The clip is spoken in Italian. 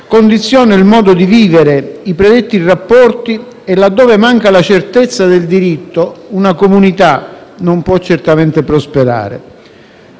condiziona il modo di vivere i predetti rapporti e, laddove manca la certezza del diritto, una comunità non può certamente prosperare.